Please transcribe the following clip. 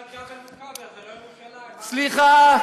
סליחה.